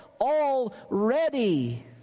already